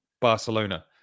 Barcelona